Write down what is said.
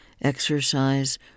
exercise